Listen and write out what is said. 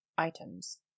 Items